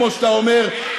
כמו שאתה אומר.